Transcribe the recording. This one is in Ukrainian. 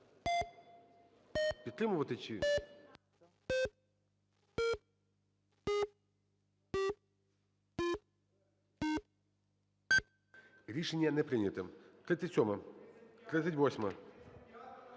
Рішення не прийнято. 37-а.